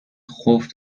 خوف